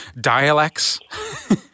dialects